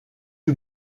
you